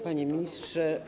Panie Ministrze!